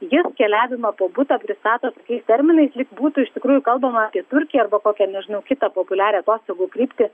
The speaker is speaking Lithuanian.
jis keliavimą po butą pristato tokiais terminais lyg būtų iš tikrųjų kalbama apie turkiją arba kokią nežinau kitą populiarią atostogų kryptį